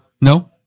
No